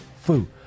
Fu